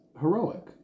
heroic